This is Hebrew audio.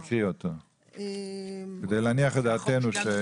תקריאי אותו כדי להניח דעתנו.